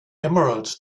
emerald